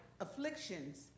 afflictions